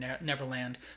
Neverland